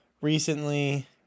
recently